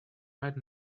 right